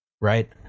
right